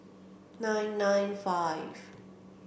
nine nine five